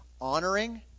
honoring